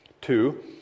Two